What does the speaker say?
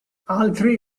altri